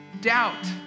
Doubt